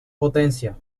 potencia